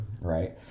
right